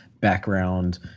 background